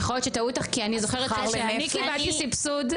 אני קיבלתי סבסוד,